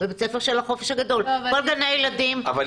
כל גני הילדים,